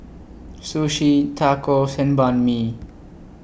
Sushi Tacos and Banh MI